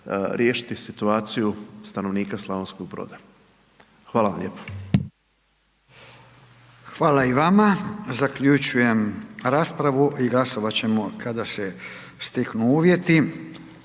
riješiti situaciju stanovnika Slavonskog Broda. Hvala vam lijepo. **Radin, Furio (Nezavisni)** Hvala i vama. Zaključujem raspravu i glasovat ćemo kada se steknu uvjeti.